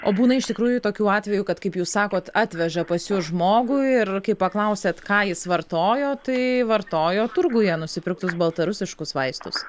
o būna iš tikrųjų tokių atvejų kad kaip jūs sakot atveža pas jus žmogų ir kai paklausiat ką jis vartojo tai vartojo turguje nusipirktus baltarusiškus vaistus